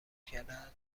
کردن